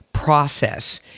process